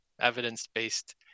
evidence-based